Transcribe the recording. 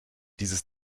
dieses